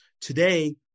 Today